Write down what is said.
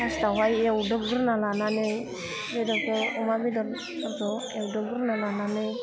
फास्टावहाय एवदबग्रोना लानानै बेदरखौ अमा बेदरफोरखौ एवदबग्रोना लानानै